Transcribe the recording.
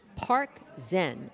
ParkZen